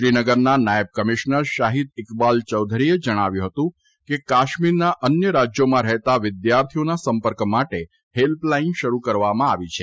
શ્રીનગરના નાયબ કમિશ્નર શાહિદ ઇકબાલ યૌધરીએ જણાવ્યું હતું કે કાશ્મીરના અન્ય રાજ્યોમાં રહેતા વિદ્યાર્થીઓના સંપર્ક માટે હેલ્પ લાઇન શરૂ કરવામાં આવી છે